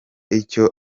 icyo